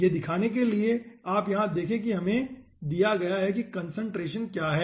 यह दिखाने के लिए आप यहाँ देखें कि हमे दिया गया है की कंसंट्रेशन क्या है